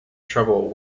trouble